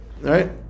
Right